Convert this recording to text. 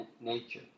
nature